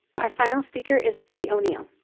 our final speaker is bree o'neil.